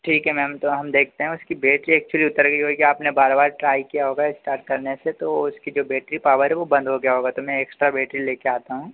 ठीक है मैम तो हम देखते हैं उसकी बेट्री एक्चुअली उतर गई होगी आपने बार बार ट्राई किया होगा इस्टार्ट करने से तो उसकी जो बैट्री पावर है वह बंद हो गया होगा तो मैं एक्स्ट्रा बैट्री लेकर आता हूँ